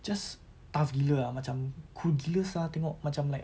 just tough gila ah macam cool gila sia tengok macam like